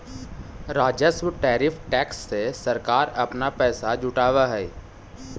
राजस्व tariff tax से सरकार अपना पैसा जुटावअ हई